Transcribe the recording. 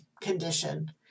condition